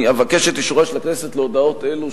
אני אבקש את אישורה של הכנסת להודעות אלו,